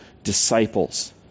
disciples